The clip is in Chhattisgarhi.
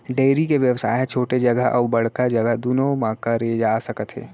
डेयरी के बेवसाय ह छोटे जघा अउ बड़का जघा दुनों म करे जा सकत हे